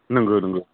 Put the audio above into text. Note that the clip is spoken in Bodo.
नंगौ नंगौ